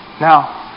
Now